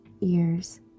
ears